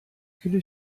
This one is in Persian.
کیلو